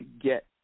get